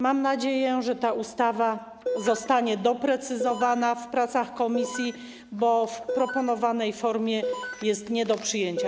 Mam nadzieję, że ta ustawa zostanie doprecyzowana w trakcie prac komisji, bo w proponowanej formie jest nie do przyjęcia.